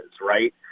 right